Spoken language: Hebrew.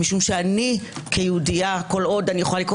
משום שאני כיהודייה כל עוד אני יכולה לקרוא